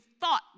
thought